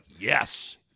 Yes